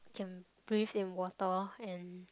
can breathe in water and